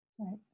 Right